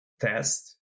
test